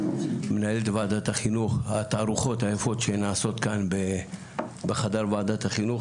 מנהלת וועדת החינוך את הרוחות היפות שנעשות כאן בחדר וועדת החינוך,